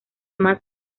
más